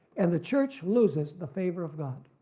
and the church loses the favor of god.